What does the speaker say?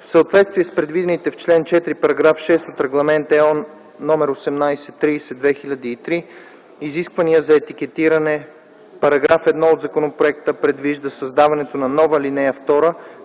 В съответствие с предвидените в чл. 4, § 6 от Регламент (ЕО) № 1830/2003 изисквания за етикетиране, § 1 от законопроекта предвижда създаването на нова ал. 2